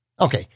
Okay